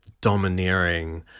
domineering